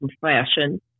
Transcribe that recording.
fashion